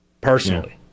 personally